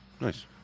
Nice